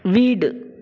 வீடு